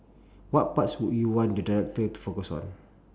what parts would you want the director to focus on